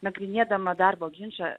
nagrinėdama darbo ginčą